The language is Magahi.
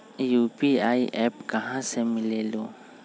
यू.पी.आई एप्प कहा से मिलेलु?